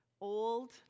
old